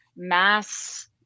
mass